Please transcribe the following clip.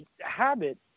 habit